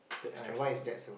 that stresses me